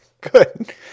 Good